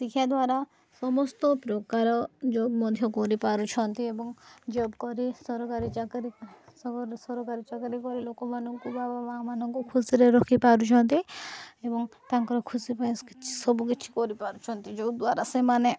ଶିକ୍ଷା ଦ୍ୱାରା ସମସ୍ତ ପ୍ରକାର ଜବ୍ ମଧ୍ୟ କରିପାରୁଛନ୍ତି ଏବଂ ଜବ୍ କରି ସରକାରୀ ଚାକରି ସରକାରୀ ଚାକିରି କରି ଲୋକମାନଙ୍କୁ ବାବା ମାଆମାନଙ୍କୁ ଖୁସିରେ ରଖିପାରୁଛନ୍ତି ଏବଂ ତାଙ୍କର ଖୁସି ପାଇଁ ସବୁକିଛି କରିପାରୁଛନ୍ତି ଯେଉଁଦ୍ୱାରା ସେମାନେ